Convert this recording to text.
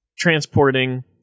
transporting